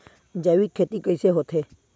जैविक खेती कइसे होथे?